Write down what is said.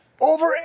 over